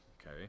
okay